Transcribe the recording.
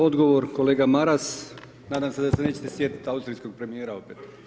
Odgovor kolega Maras, nadam se da se nećete sjetiti austrijskog premijera opet.